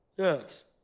yes. oh.